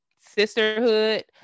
sisterhood